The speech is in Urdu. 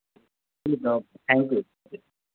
ٹھیک ہے اوکے تھینک یو